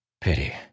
Pity